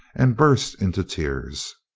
and burst into tears.